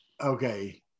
okay